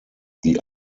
die